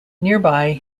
nearby